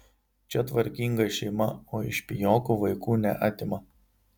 čia tvarkinga šeima o iš pijokų vaikų neatima